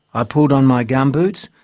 i pulled on my gumboots,